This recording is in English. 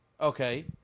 Okay